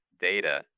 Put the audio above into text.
data